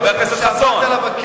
חבר הכנסת חסון,